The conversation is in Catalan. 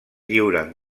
lliuren